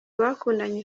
bakundanye